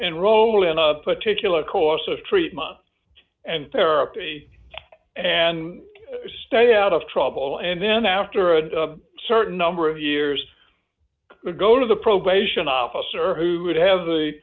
roll in a particular course of treatment and therapy and stay out of trouble and then after a certain number of years go to the probation officer who would have the